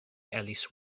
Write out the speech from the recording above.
elis